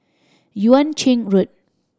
Yuan Ching Road